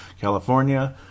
California